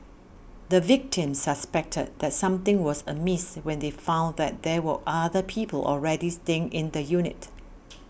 the victims suspected that something was amiss when they found that there were other people already staying in the unit